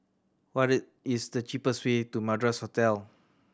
what is the cheapest way to Madras Hotel